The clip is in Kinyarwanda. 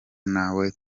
natwe